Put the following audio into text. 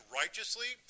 righteously